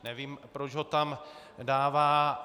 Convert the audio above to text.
Nevím, proč ho tam dává.